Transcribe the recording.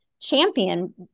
champion